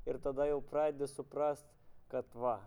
ir tada jau pradedi suprast kad va